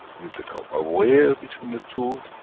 we become aware between the two,